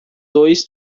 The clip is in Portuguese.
dois